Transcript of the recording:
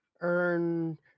earn